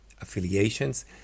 affiliations